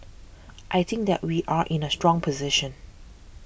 I think that we are in a strong position